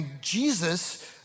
Jesus